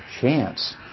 chance